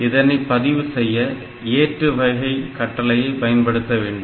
இதனை பதிவு செய்ய ஏற்று வகை கட்டளையை பயன்படுத்த வேண்டும்